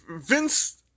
Vince